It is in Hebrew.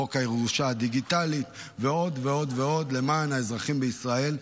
חוק הירושה הדיגיטלית ועוד ועוד ועוד למען האזרחים בישראל.